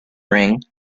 ring